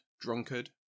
drunkard